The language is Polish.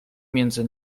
między